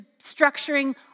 structuring